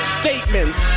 Statements